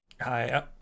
Hi